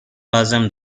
لازم